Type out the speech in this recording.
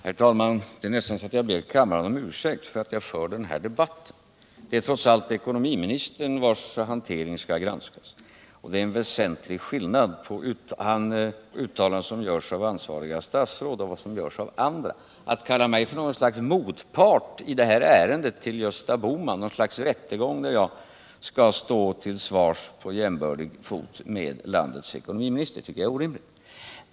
Herr talman! Det är nästan så att jag ber kammaren om ursäkt för att jag för den här debatten. Det är trots allt ekonomiministerns hantering som skall granskas, och det är en väsentlig skillnad på uttalanden som görs av ansvariga statsråd och de som görs av andra. Att kalla mig för något slags motpart till Gösta Bohman i det här ärendet och nästan göra detta till en rättegång, där jag skall stå till svars på jämbördig fot med landets ekonomiminister, är orimligt.